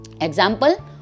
Example